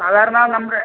സാധാരണ നമ്മുടെ